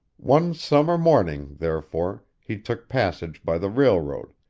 one summer morning, therefore, he took passage by the railroad,